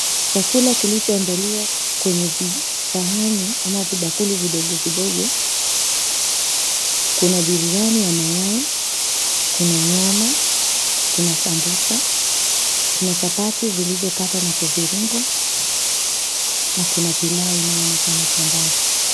Chakula kilichoandaliwa kwenye visahani ama vibakuli vidogo vidogo. Kuna biriani ya mayai, kuna nyama, kuna sambusa, kuna chapati zilizokatwa na kuviringwa na kuna pilau inayoonekana kwa mbali.